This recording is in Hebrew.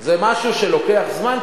זה משהו שלוקח זמן,